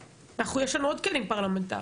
יש לנו עוד כלים פרלמנטאריים.